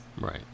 Right